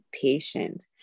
patient